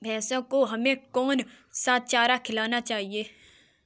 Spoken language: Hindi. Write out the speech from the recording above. भैंसों को हमें कौन सा चारा खिलाना चाहिए?